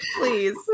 Please